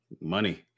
money